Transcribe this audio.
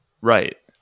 right